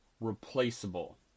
Replaceable